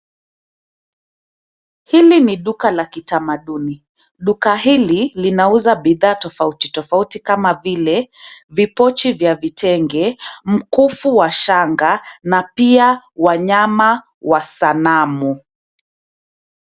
Hili ni duka la kitamaduni, duka hili linauza bidhaa tofauti tofauti kama vile, vipochi vya vitenge, mkufu wa shanga, na pia, wanyama wa sanamu.